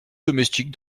domestique